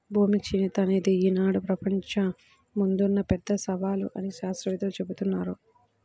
భూమి క్షీణత అనేది ఈనాడు ప్రపంచం ముందున్న పెద్ద సవాలు అని శాత్రవేత్తలు జెబుతున్నారు